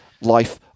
Life